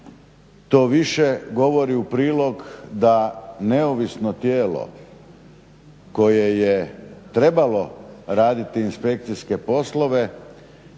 To više govori u prilog da neovisno tijelo koje je trebalo raditi inspekcijske poslove,